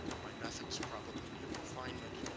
my methods probably need refinement.